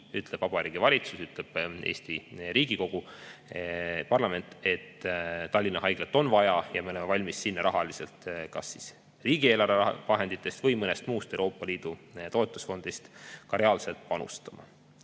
ütleb Vabariigi Valitsus, ütleb Riigikogu, parlament, et Tallinna Haiglat on vaja ja me oleme valmis sinna rahaliselt kas riigieelarve vahenditest või mõnest muust Euroopa Liidu toetusfondist reaalselt panustama.